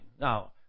now